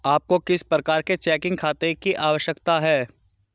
आपको किस प्रकार के चेकिंग खाते की आवश्यकता है?